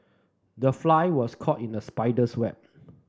the fly was caught in the spider's web